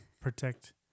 protect